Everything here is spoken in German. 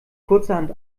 kurzerhand